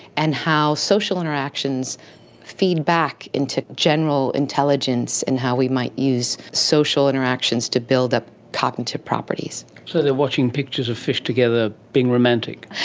and how social interactions feed back into general intelligence and how we might use social interactions to build up cognitive properties. so they are watching pictures of fish together being romantic?